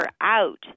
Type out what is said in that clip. out